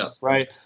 Right